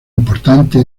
importante